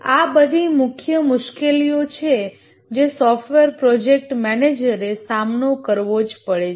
આ બધી મુખ્ય મુશ્કેલીઓ છે જે સોફ્ટવેર પ્રોજેક્ટ મેનેજરે સામનો કરવો જ પડે છે